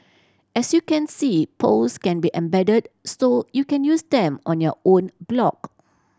as you can see polls can be embedded so you can use them on your own blog